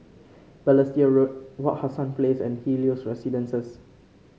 Balestier Road Wak Hassan Place and Helios Residences